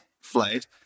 flight